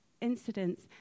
incidents